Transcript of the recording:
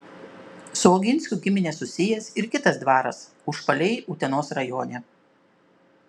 su oginskių gimine susijęs ir kitas dvaras užpaliai utenos rajone